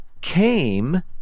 came